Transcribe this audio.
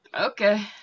Okay